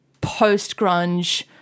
post-grunge